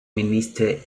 minister